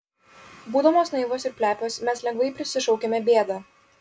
būdamos naivios ir plepios mes lengvai prisišaukiame bėdą